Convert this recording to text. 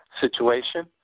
situation